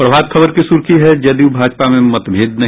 प्रभात खबर की सुर्खी है जदयू भाजपा में मतभेद नहीं